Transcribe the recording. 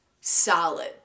solid